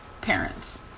parents